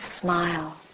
smile